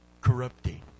Corrupting